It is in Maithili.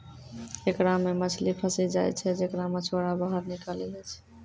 एकरा मे मछली फसी जाय छै जेकरा मछुआरा बाहर निकालि लै छै